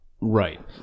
Right